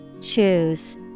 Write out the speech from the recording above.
Choose